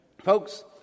Folks